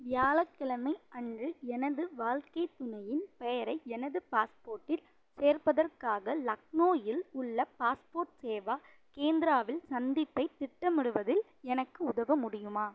வியாழக் கிழமை அன்று எனது வாழ்க்கைத் துணையின் பெயரை எனது பாஸ்போர்ட்டில் சேர்ப்பதற்காக லக்னோயில் உள்ள பாஸ்போர்ட் சேவா கேந்திராவில் சந்திப்பைத் திட்டமிடுவதில் எனக்கு உதவ முடியுமா